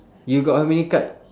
you got how many card